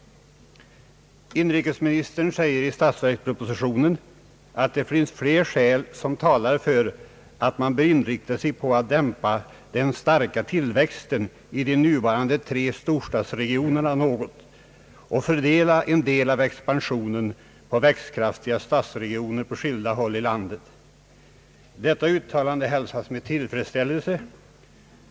Inrikesministern säger i statsverkspropositionen att det finns flera skäl som talar för att man bör inrikta sig på att dämpa den starka tillväxten i de nuvarande tre storstadsregionerna något och fördela en del av expansionen på växtkraftiga stadsregioner på skilda håll i landet. Detta uttalande hälsas med tillfredsställelse.